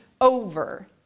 over